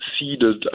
seeded